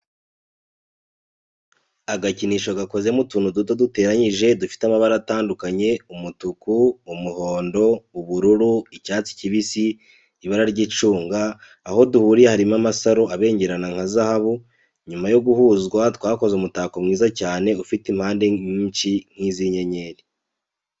Agakinisho gakoze mu tuntu duto duteranyije dufite amabara atandukanye umutuku, umuhondo, ubururu, icyatsi kibisi, ibarara ry'icunga, aho duhuriye harimo amasaro abengerana nka zahabu, nyuma yo guhuzwa twakoze umutako mwiza cyane ufite impande nyinshi nk'izi z'inyenyeri.